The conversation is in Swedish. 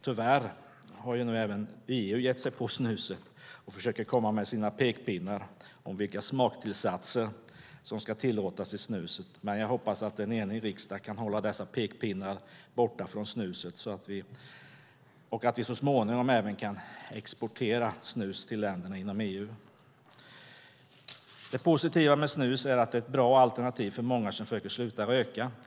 Tyvärr har ju nu även EU gett sig på snuset och försöker komma med sina pekpinnar om vilka smaktillsatser som ska tillåtas i snuset, men jag hoppas att en enig riksdag kan hålla dessa pekpinnar borta från snuset och att vi så småningom även kan exportera snus till länderna inom EU. Det positiva med snus är att det är ett bra alternativ för många som försöker sluta röka.